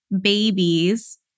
babies